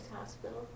Hospital